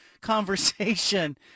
conversation